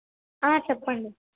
చెప్పండి